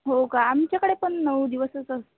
हो का आमच्याकडे पण नऊ दिवसच असं